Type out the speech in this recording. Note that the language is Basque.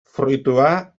fruitua